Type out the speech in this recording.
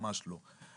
ממש לא.